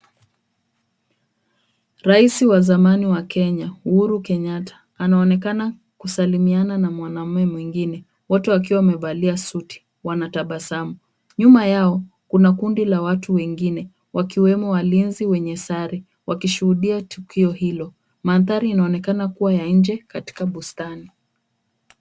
Rais wa zamani wa Kenya, Uhuru Kenyatta anaonekana kusalimiana na mwanamume mwingine, wote wakiwa wamevalia suti, wanatabasamu. Nyuma yao kuna kundi la watu wengine, wakiwemo walinzi wenye sare, wakishuhudia tukio hilo. Mandhari inaonekana kuwa ya nje katika bustani.